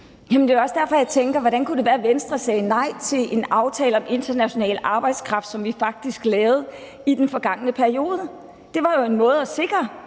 det er også derfor, jeg tænker: Hvordan kan det være, at Venstre sagde nej til en aftale om international arbejdskraft, som vi faktisk lavede i den forgangne periode? Det var jo en måde at sikre,